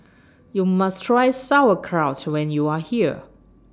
YOU must Try Sauerkraut when YOU Are here